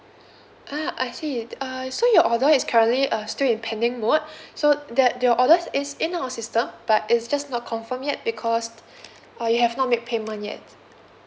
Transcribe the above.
ah I see I uh so your order is currently uh still in pending mode so that your order is in our system but it's just not confirmed yet because uh you have not make payment yet